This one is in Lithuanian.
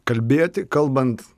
kalbėti kalbant